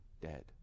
dead